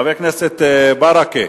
חבר הכנסת מוחמד ברכה.